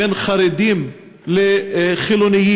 בין חרדים לחילונים,